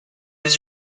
was